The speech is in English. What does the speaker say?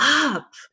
up